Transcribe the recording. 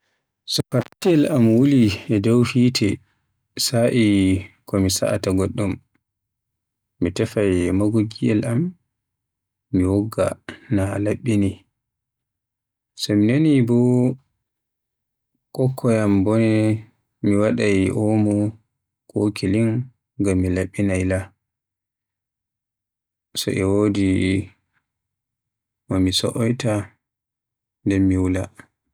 So farantiyel am wuli e do hite sa'i mo mi sa'ata goddum, mi tefai mogoggiyel am, mi wogga na laɓɓini. So mi nani ba kokkayam bone mi wadaay omo ko klin ngam mi labbina ila. Soi wadi mon sai mi so'ita do hite mi wula.